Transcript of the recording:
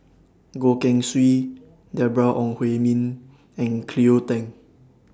Goh Keng Swee Deborah Ong Hui Min and Cleo Thang